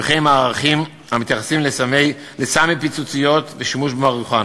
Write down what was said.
וכן מערכים המתייחסים לסמי פיצוציות ולשימוש במריחואנה.